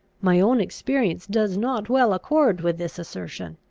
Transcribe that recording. my own experience does not well accord with this assertion.